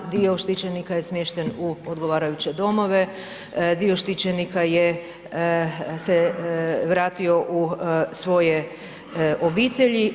Dio štićenika je smješten u odgovarajuće domove, dio štićenika je se vratio u svoje obitelji.